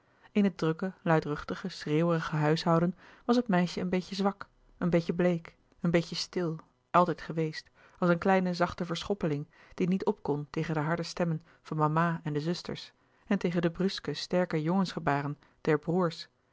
in het drukke luidruchtige schreeuwerige huishouden was het meisje een beetje zwak een beetje bleek een beetje stil altijd geweest als een kleine zachte verschoppeling die niet opkon tegen de harde stemmen van mama en de zusters en tegen de bruske sterke jongensgebaren der broêrs